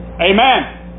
Amen